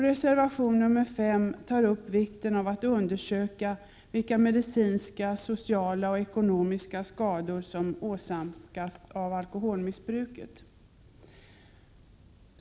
I reservation 5 tas upp vikten av undersökningar av vilka medicinska, sociala och ekonomiska skador som åsamkats av alkoholmissbruket.